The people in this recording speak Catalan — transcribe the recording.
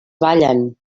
ballen